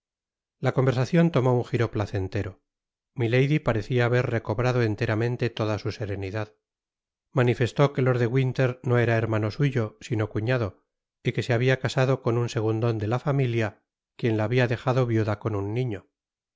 la conversacion tomó un jiro placentero milady parecia haber recobrado enteramente toda su serenidad manifestó que lord de winter no era hermano suyo sino cuñado y que se habia casado con un segundon de la familia quien la habia dejado viuda con un niño